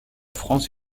france